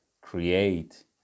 create